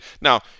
now